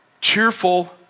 cheerful